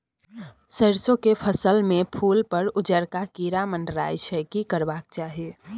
सरसो के फसल में फूल पर उजरका कीरा मंडराय छै की करबाक चाही?